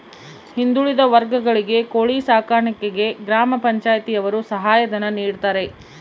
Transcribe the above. ಹಿಂದುಳಿದ ವರ್ಗಗಳಿಗೆ ಕೋಳಿ ಸಾಕಾಣಿಕೆಗೆ ಗ್ರಾಮ ಪಂಚಾಯ್ತಿ ಯವರು ಸಹಾಯ ಧನ ನೀಡ್ತಾರೆ